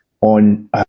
on